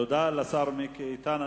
תודה לשר מיקי איתן.